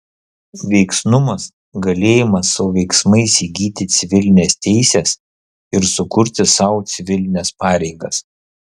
veiksnumas galėjimas savo veiksmais įgyti civilines teises ir sukurti sau civilines pareigas